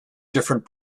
different